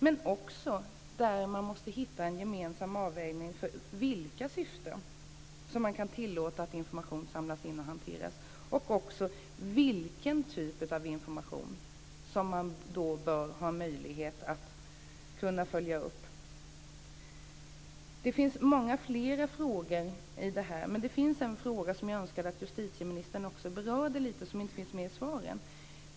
Man måste också hitta en gemensam avvägning när det gäller frågan om för vilka syften man kan tillåta att information samlas in och hanteras och om vilken typ av information man då bör ha möjlighet att följa upp. Det finns många fler frågor i det här. En fråga önskar jag att justitieministern också berörde lite. Den finns inte med i svaret.